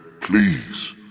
please